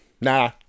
Nah